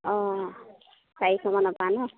অঁ চাৰিশমানৰপৰা ন